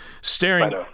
Staring